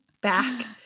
back